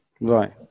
Right